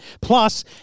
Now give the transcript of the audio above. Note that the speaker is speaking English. Plus